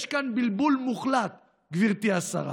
יש כאן בלבול מוחלט, גברתי השרה.